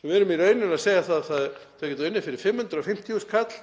Það sem er í rauninni verið að segja er að þau geta unnið fyrir 550.000 kr.